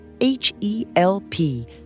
H-E-L-P